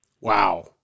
Wow